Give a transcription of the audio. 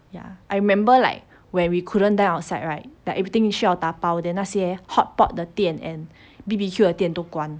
ya I remember like when we couldn't dine outside right like everything 需要 dabao then 那些 hotpot 的店 and B_B_Q 的店都关